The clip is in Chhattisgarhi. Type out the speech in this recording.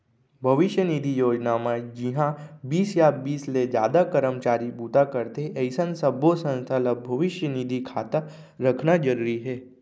भविस्य निधि योजना म जिंहा बीस या बीस ले जादा करमचारी बूता करथे अइसन सब्बो संस्था ल भविस्य निधि खाता रखना जरूरी हे